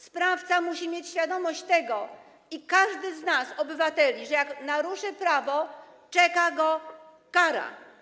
Sprawca musi mieć świadomość tego, i każdy z nas, obywateli, że jak naruszy prawo, czeka go kara.